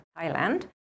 Thailand